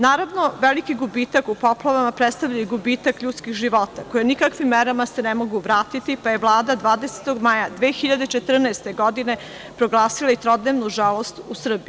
Naravno, veliki gubitak u poplavama predstavlja i gubitak ljudskih života koje nikakvim merama se ne mogu vratiti, pa je Vlada 20. maja 2014. godine proglasila i trodnevnu žalost u Srbiji.